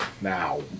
now